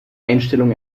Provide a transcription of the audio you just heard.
einstellung